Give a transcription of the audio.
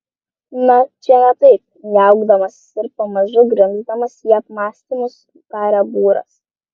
na čia ne taip niaukdamasis ir pamažu grimzdamas į apmąstymus tarė būras